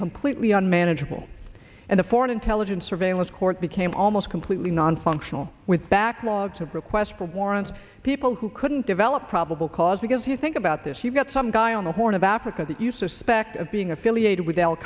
completely unmanageable and the foreign intelligence surveillance court became almost completely nonfunctional with backlogs of requests for warrants people who couldn't develop probable cause because you think about this you've got some guy on the horn of africa that you suspect of being affiliated with